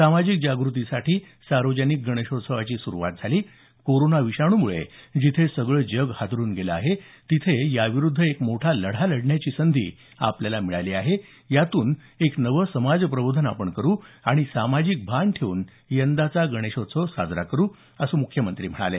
सामाजिक जागृतीसाठी सार्वजनिक गणेशोत्सवाची सुरुवात झाली कोरोना विषाणूमुळे जिथे सगळं जग हादरून गेलं आहे तिथे याविरुद्ध एक मोठा लढा लढण्याची संधी आपल्याला मिळाली आहे यातून एक नवे समाज प्रबोधन आपण करू आणि सामाजिक भान ठेऊन यंदाचा गणेशोत्सव आपण साजरा करू असं म्ख्यमंत्री म्हणाले